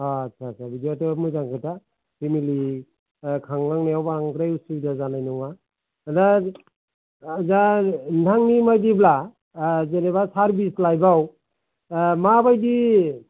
आतसा सा बिदिबाथ' मोजां खोथा फेमिलि खांलांनायाव बांद्राय उसुबिदा जानाय नङा दा दा नोंथांनि बादिब्ला जेनावबा सारभिस लायफयाव माबायदि